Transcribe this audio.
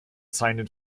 seinen